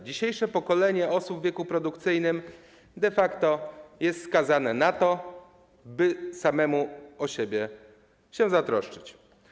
Dzisiejsze pokolenie osób w wieku produkcyjnym de facto jest skazane na to, by samemu o siebie się zatroszczyć.